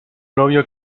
novio